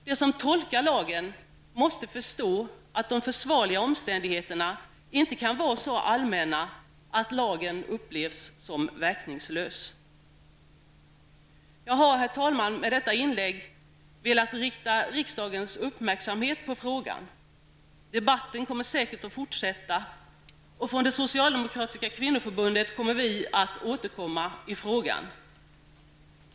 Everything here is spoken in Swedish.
De som tolkar lagen måste förstå att de försvarliga omständigheterna inte kan vara så allmänna att lagen upplevs som verkningslös. Jag har, herr talman, med detta inlägg velat rikta riksdagens uppmärksamhet på frågan. Debatten fortsätter -- och från det socialdemokratiska kvinnoförbundet kommer vi att återkomma i frågan.